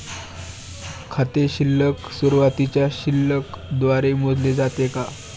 खाते शिल्लक सुरुवातीच्या शिल्लक द्वारे मोजले जाते का?